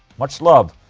much love.